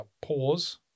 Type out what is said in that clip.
Pause